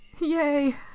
Yay